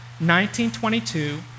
1922